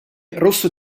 rosso